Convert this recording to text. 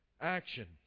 action